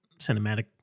cinematic